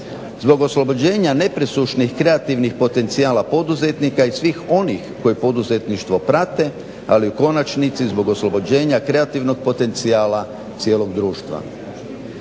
zbog oslobođenja nepresušnih kreativnih potencijala poduzetnika i svih onih koji poduzetništvo prate ali u konačnici zbog oslobođenja kreativnog potencija cijelog društva.